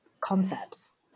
concepts